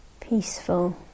Peaceful